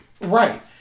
Right